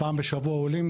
פעם בשבוע עולים,